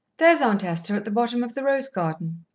there's aunt esther, at the bottom of the rose garden.